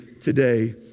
today